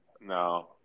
no